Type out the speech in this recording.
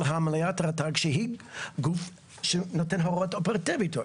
מליאת רט"ג שהיא גוף שנותן הוראות אופרטיביות.